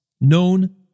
known